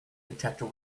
detector